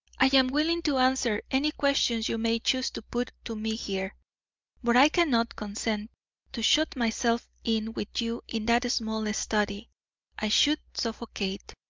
i am willing to answer any questions you may choose to put to me here but i cannot consent to shut myself in with you in that small study i should suffocate.